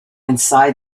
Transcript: inside